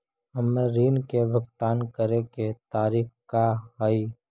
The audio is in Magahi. हमर ऋण के भुगतान करे के तारीख का हई?